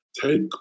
take